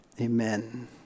Amen